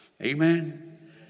Amen